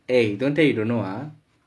eh don't tell you don't know ah